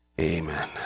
amen